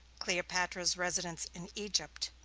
cleopatra's residence in egypt